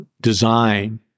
design